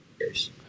years